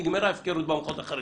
נגמרה ההפקרות במחוז החרדי.